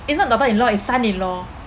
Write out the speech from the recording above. it's not daughter-in-law is son-in-law